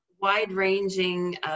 wide-ranging